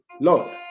Lord